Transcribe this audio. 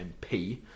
MP